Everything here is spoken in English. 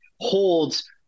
holds